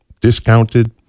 discounted